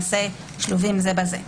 ששלובים זה בזה.